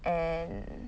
and